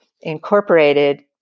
incorporated